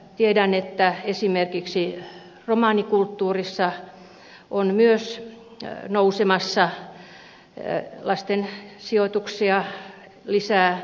tiedän että esimerkiksi romanikulttuurissa on myös nousemassa lasten sijoituksia lisää